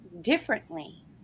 differently